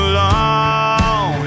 long